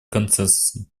консенсусом